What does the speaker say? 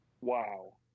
Wow